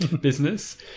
business